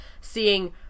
seeing